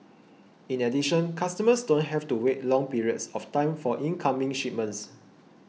in addition customers don't have to wait long periods of time for incoming shipments